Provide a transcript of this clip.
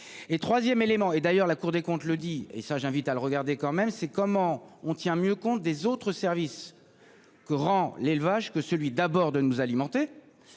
et 3ème élément et d'ailleurs la Cour des comptes le dit et ça j'invite à le regarder quand même, c'est comment on tient mieux compte des autres services. Que rend l'élevage que celui d'abord de nous alimenter.